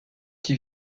qui